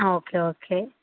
okay okay